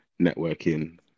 networking